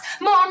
more